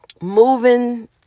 moving